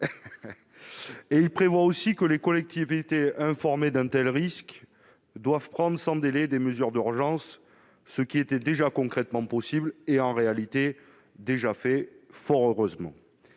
Il prévoit aussi que les collectivités informées d'untel risque doivent prendre sans délai des mesures d'urgence, ce qui était déjà concrètement possible et, fort heureusement,